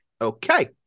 Okay